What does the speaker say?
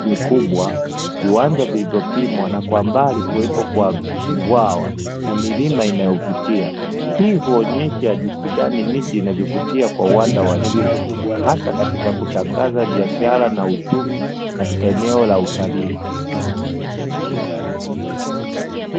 mikubwa , viwanja vilivyopimwa na kwa mbali kuwepo kwa bwawa na milima inayovutia, hii huonyesha jinsi gani miti inavyovutia kwa uwanda wa juu hasa katika kutangaza biashara na uchumi katika eneo la utalii.